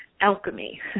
alchemy